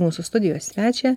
mūsų studijos svečią